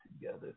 together